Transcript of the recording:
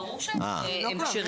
ברור שהם כשרים.